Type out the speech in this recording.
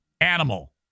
animal